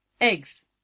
eggs